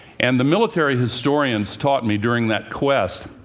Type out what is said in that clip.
and the military historians taught me, during that quest,